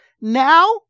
Now